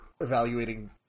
evaluating